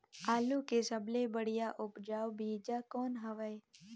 आलू के सबले बढ़िया उपजाऊ बीजा कौन हवय?